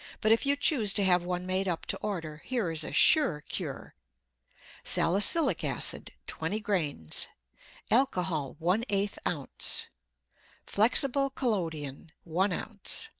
but if you choose to have one made up to order, here is a sure cure salicylic acid, twenty grains alcohol, one-eighth ounce flexible collodion, one ounce.